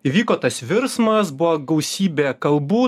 įvyko tas virsmas buvo gausybė kalbų